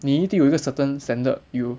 你一定有一个 certain standard you